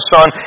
Son